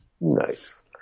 Nice